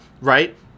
right